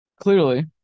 Clearly